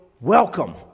welcome